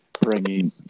bringing